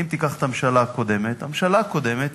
אם תיקח את הממשלה הקודמת, הממשלה הקודמת